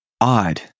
Odd